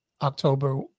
October